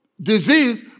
disease